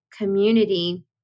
community